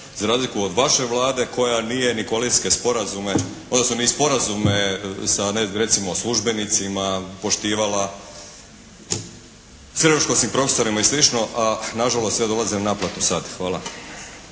za razliku od vaše Vlade koja nije ni koalicijske sporazume odnosno ni sporazume sa recimo službenicima poštivala, …/Govornik se ne razumije./… i slično a nažalost sve dolazi na naplatu sada. Hvala.